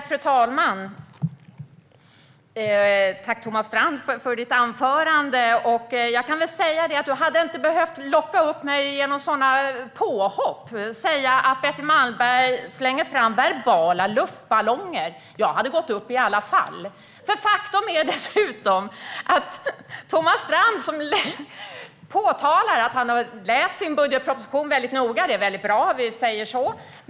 Fru talman! Tack för ditt anförande, Thomas Strand. Du hade inte behövt locka upp mig i debatten med sådana påhopp som att säga att Betty Malmberg slänger fram verbala luftballonger. Jag hade gått upp i debatten ändå. Faktum är dessutom att Thomas Strand ändå påpekar att han har läst budgetpropositionen väldigt noga. Det är väldigt bra. Vi säger så.